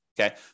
okay